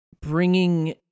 bringing